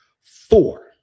four